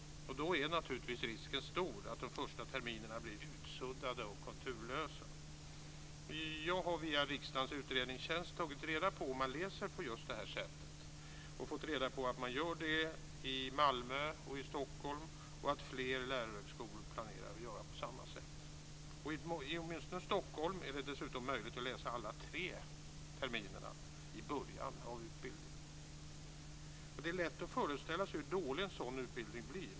Då är naturligtvis risken stor att de första terminerna blir utsuddade och konturlösa. Jag har via riksdagens utredningstjänst tagit reda på om man läser just på det här sättet och fått reda på att man gör det i Malmö och i Stockholm och att fler lärarhögskolor planerar att göra på samma sätt. I åtminstone Stockholm är det dessutom möjligt att läsa alla tre terminerna i början av utbildningen. Det är lätt att föreställa sig hur dålig en sådan utbildning blir.